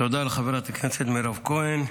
תודה לחברת הכנסת מירב כהן.